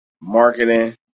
Marketing